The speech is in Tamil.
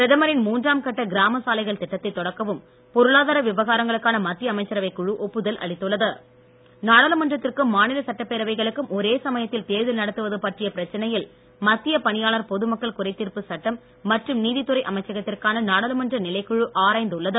பிரதமரின் மூன்றாம் கட்ட கிராமச் சாலைகள் திட்டத்தை தொடக்கவும் பொருளாதார விவகாரங்களுக்கான மத்திய அமைச்சரவைக் குழு ஒப்புதல் அளித்துள்ளது நாடாளுமன்றத்திற்கும் மாநில சட்டபேரவைகளுக்குக்கும் ஒரே சமயத்தில் தேர்தல் நடத்துவது பற்றிய பிரச்சனையில் மத்திய பணியாளர் பொதுமக்கள் குறைதீர்ப்பு சட்டம் மற்றும் நீதித்துறை அமைச்சகத்திற்கான நாடாளுமன்ற நிலைக்குழு ஆராய்ந்து உள்ளது